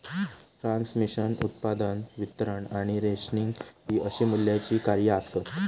transmission, उत्पादन, वितरण आणि रेशनिंग हि अशी मूल्याची कार्या आसत